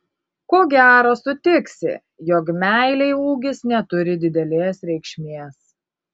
ko gero sutiksi jog meilei ūgis neturi didelės reikšmės